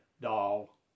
doll